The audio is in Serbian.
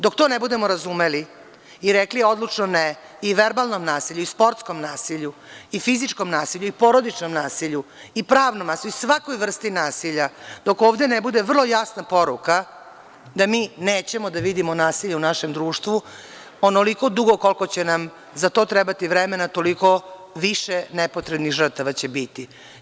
Dok to ne budemo razumeli i rekli odlučno „ne“ i verbalnom nasilju, i sportskom nasilju, i fizičkom nasilju, i porodičnom nasilju, i pravnom nasilju i svakoj vrsti nasilja, dok ovde ne bude vrlo jasna poruka da mi nećemo da vidimo nasilje u našem društvu, onoliko dugo koliko će nam za to trebati vremena, toliko više nepotrebnih žrtava će biti.